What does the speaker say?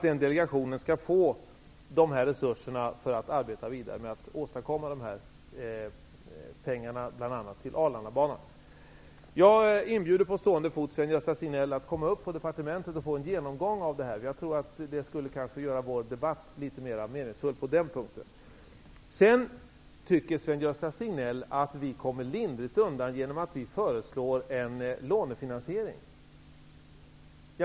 Denna delegation skall få dessa resurser för att kunna arbeta vidare för att ta fram pengar till bl.a. På stående fot inbjuder jag Sven-Gösta Signell att komma upp på departementet, så skall han få en genomgång av detta. Jag tror att det skulle göra vår debatt litet mera meningsfull. Sven-Gösta Signell tycker att vi kommer lindrigt undan genom att vi föreslår en lånefinansiering.